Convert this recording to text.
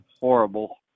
horrible